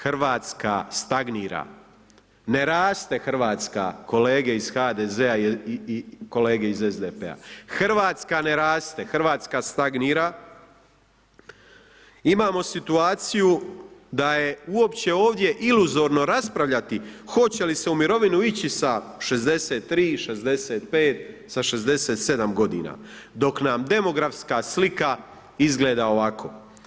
Hrvatska stagnira, ne raste Hrvatska kolege iz HDZ-a i kolege iz SDP-a, Hrvatska ne raste, Hrvatska stagnira, imamo situaciju da je uopće ovdje iluzorno raspravljati hoće li se u mirovinu ići sa 63, 65 sa 67 godina dok nam demografska slika izgleda ovako.